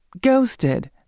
Ghosted